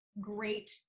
great